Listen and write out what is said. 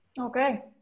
Okay